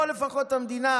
פה לפחות המדינה,